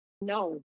no